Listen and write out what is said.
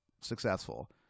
successful